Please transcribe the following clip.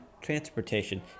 transportation